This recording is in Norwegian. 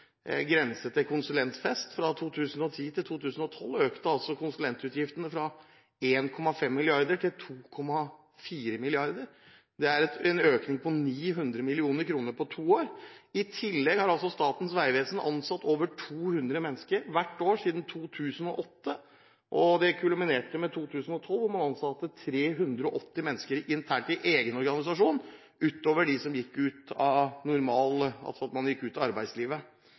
til konsulentfest. Fra 2010 til 2012 økte konsulentutgiftene fra 1,5 mrd. kr til 2,4 mrd. kr. Det er en økning på 900 mill. kr på to år. I tillegg har Statens vegvesen ansatt over 200 mennesker hvert år siden 2008, og det kulminerte i 2012 med at man ansatte 380 mennesker internt i egen organisasjon utover dem som gikk ut av arbeidslivet. Det viser at det både er ansatt en masse mennesker i